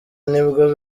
nibwo